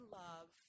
love –